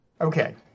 Okay